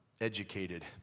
educated